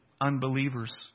Unbelievers